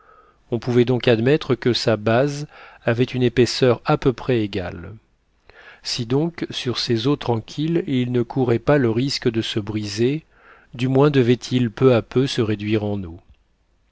on pouvait donc admettre que sa base avait une épaisseur à peu près égale si donc sur ces eaux tranquilles il ne courait pas le risque de se briser du moins devait-il peu à peu se réduire en eau